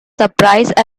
surprised